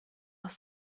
aus